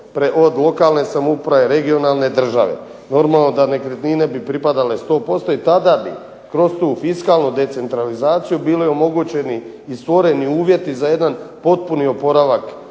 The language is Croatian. od lokalne samouprave, regionalne, države. Normalno da bi nekretnine bi pripadale 100% i tada bi kroz tu fiskalnu decentralizaciju bili omogućeni i stvoreni uvjeti za jedan potpuni oporavak